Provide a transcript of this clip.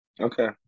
Okay